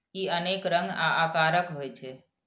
ई अनेक रंग आ आकारक होइ छै